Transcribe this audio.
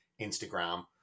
Instagram